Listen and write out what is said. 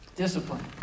Discipline